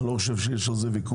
אני לא חושב שיש על זה ויכוח.